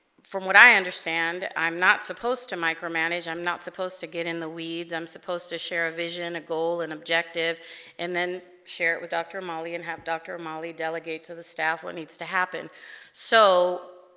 from what i understand i'm not supposed to micromanage i'm not supposed to get in the weeds i'm supposed to share a vision a goal and objective and then share it with dr. molly and have dr. molly delegate to the staff what needs to happen so